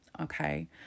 okay